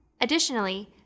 Additionally